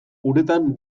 uretan